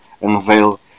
unveil